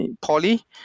poly